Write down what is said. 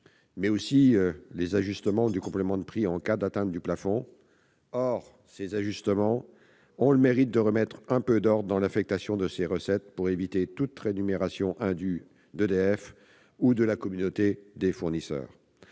mais aussi les ajustements du complément de prix en cas d'atteinte du plafond. Or ces ajustements ont le mérite de remettre un peu d'ordre dans l'affectation de ces recettes et ainsi d'éviter toute rémunération indue d'EDF ou de la communauté des fournisseurs,